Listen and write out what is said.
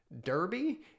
derby